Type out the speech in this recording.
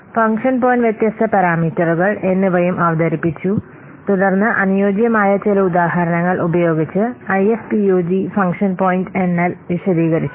function point വ്യത്യസ്ത പാരാമീറ്ററുകൾ എന്നിവയും അവതരിപ്പിച്ചു തുടർന്ന് അനുയോജ്യമായ ചില ഉദാഹരണങ്ങൾ ഉപയോഗിച്ച് ഐഎഫ്പിയുജി ഫംഗ്ഷൻ പോയിന്റ് എണ്ണൽ വിശദീകരിച്ചു